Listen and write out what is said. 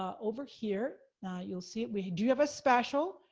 ah over here, now you'll see it. we do have a special,